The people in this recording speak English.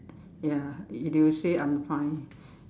ya they will say I'm fine